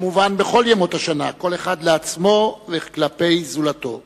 כמובן, בכל ימות השנה, כל אחד לעצמו וכלפי זולתו.